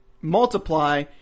multiply